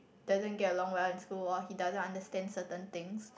doesn't get along well in school or he doesn't understand certain things